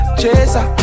chaser